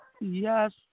yes